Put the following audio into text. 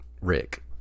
Rick